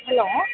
hello